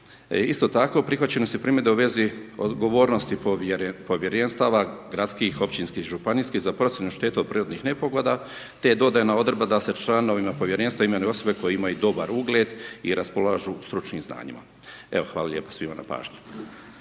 Isto tako prihvaćene su primjedbe u vezi odgovornosti povjerenstava gradskih, općih i županijskih za procjenu šteta od prirodnih nepogoda te je dodana odredba da se članovima povjerenstva imenuju osobe koje imaju dobar ugled i raspolažu stručnim znanjima. Evo hvala lijepa svima na pažnji.